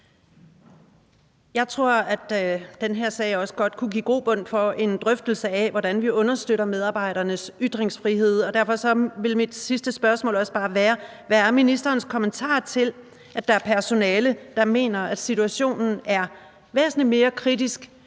Jeg tror, at den her sag også godt kunne give grobund for en drøftelse af, hvordan vi understøtter medarbejdernes ytringsfrihed. Derfor vil mit sidste spørgsmål også bare være: Hvad er ministerens kommentarer til, at der er personale, der mener, at situationen er væsentlig mere kritisk